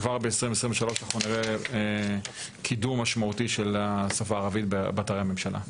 כבר ב-2023 אנחנו נראה קידום משמעותי של השפה הערבית באתרי הממשלה.